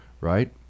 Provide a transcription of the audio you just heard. right